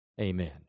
Amen